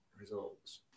results